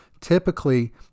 Typically